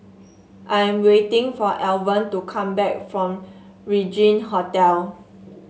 I'm waiting for Alvan to come back from Regin Hotel